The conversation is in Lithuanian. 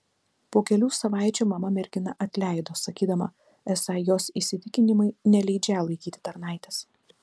po kelių savaičių mama merginą atleido sakydama esą jos įsitikinimai neleidžią laikyti tarnaitės